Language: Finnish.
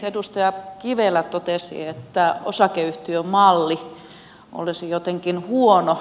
edustaja kivelä totesi että osakeyhtiömalli olisi jotenkin huono